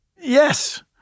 Yes